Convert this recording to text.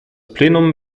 plenum